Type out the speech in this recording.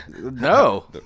no